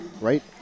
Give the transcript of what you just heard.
right